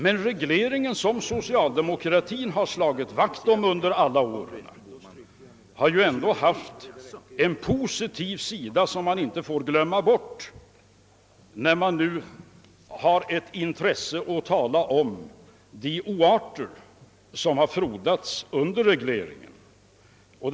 Men regleringen, som socialdemokraterna slagit vakt om under alla år, har ändå haft en positiv sida, vilken inte får glömmas bort när det talas om de oarter som frodats under den tid hyresregleringen funnits.